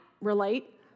relate